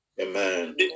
Amen